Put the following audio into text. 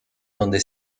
donde